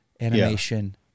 animation